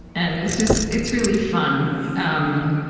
and it's just it's really fun. um